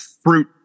fruit